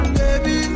baby